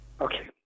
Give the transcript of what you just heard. Okay